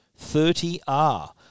30R